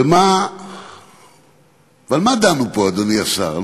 ועל מה דנו פה, אדוני השר?